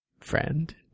friend